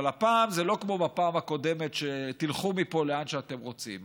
אבל הפעם זה לא כמו בפעם הקודמת: תלכו מפה לאן שאתם רוצים.